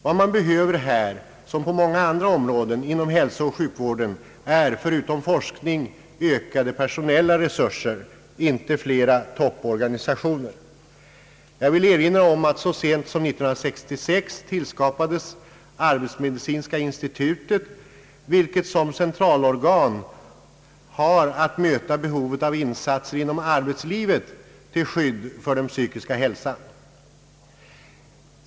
Vad man här behöver, liksom på många andra områden inom hälsooch sjukvården, är förutom forskning ökade personalresurser — inte flera topporganisationer. Jag vill erinra om att så sent som 1966 tillskapades arbetsmedicinska institutet, vilket som centralorgan har att möta behovet av insatser inom arbetslivet till skydd för den psykiska hälsan.